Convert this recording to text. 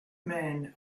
men